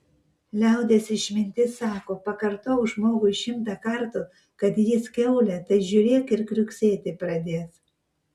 liaudies išmintis sako pakartok žmogui šimtą kartų kad jis kiaulė tai žiūrėk ir kriuksėti pradės